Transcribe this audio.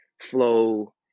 flow